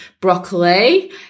broccoli